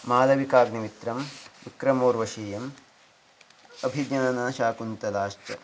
मालविकाग्निमित्रम् विक्रमोर्वशीयम् अभिज्ञानशाकुन्तलं च